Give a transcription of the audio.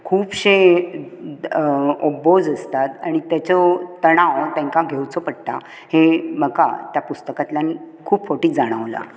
खुबशे अ बोज आसतात आनी तेंचो तणाव तेंका घेवचो पडटा हे म्हाका त्या पुस्तकांतल्यान खूब फावटीं जाणवलां